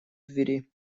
двери